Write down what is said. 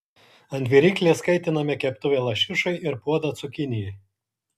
ant viryklės kaitiname keptuvę lašišai ir puodą cukinijai